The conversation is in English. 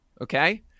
okay